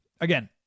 again